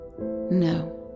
No